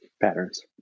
patterns